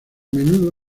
menudo